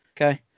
Okay